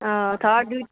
অঁ ধৰ দুই